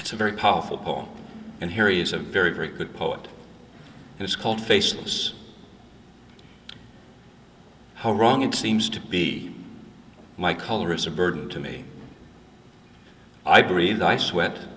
it's a very powerful poem and here is a very very good poet and it's called faceless how wrong it seems to be my color is a burden to me i breathe i sweat